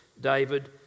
David